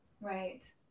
Right